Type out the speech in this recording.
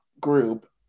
group